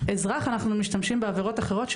אנחנו משתמשים בעבירות אחרות,